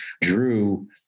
drew